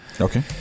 Okay